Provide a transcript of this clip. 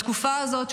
בתקופה הזאת,